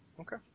okay